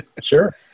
Sure